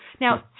Now